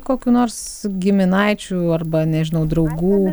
kokių nors giminaičių arba nežinau draugų